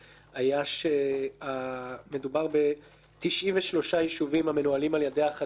היו שמדובר ב-93 ישובים המנוהלים על-ידי החטיבה,